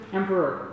emperor